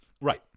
Right